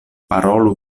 parolu